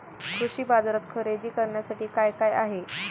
कृषी बाजारात खरेदी करण्यासाठी काय काय आहे?